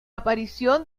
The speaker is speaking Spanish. aparición